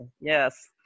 Yes